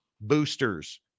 boosters